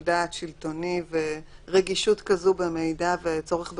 דעת שלטוני ורגישות כזאת במידע וצורך בפיקוח,